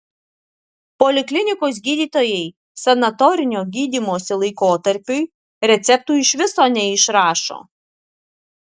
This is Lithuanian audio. poliklinikos gydytojai sanatorinio gydymosi laikotarpiui receptų iš viso neišrašo